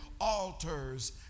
altars